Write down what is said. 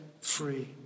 free